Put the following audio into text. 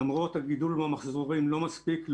למרות הגידול במחזורים, לא מספיק לו,